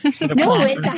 No